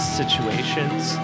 situations